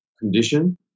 condition